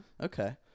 Okay